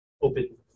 open